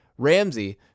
Ramsey